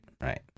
right